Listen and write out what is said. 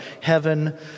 heaven